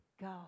Go